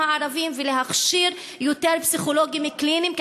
הערבים ולהכשיר יותר פסיכולוגים קליניים,